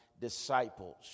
disciples